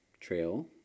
trail